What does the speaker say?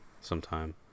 sometime